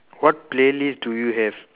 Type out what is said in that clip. what playlist do you have